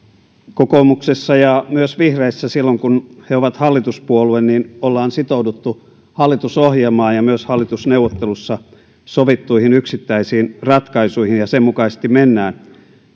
kokoomuksessa ja myös vihreissä silloin kun he ovat hallituspuolue on sitouduttu hallitusohjelmaan ja myös hallitusneuvottelussa sovittuihin yksittäisiin ratkaisuihin ja sen mukaisesti mennään